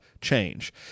change